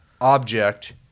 object